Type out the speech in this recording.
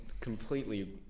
completely